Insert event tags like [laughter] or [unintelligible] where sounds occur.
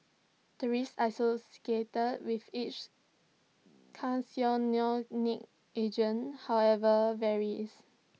the risk [unintelligible] with each [unintelligible] agent however varies